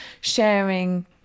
sharing